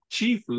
Chief